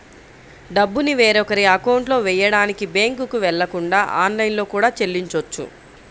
డబ్బుని వేరొకరి అకౌంట్లో వెయ్యడానికి బ్యేంకుకి వెళ్ళకుండా ఆన్లైన్లో కూడా చెల్లించొచ్చు